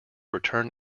return